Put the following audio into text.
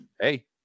hey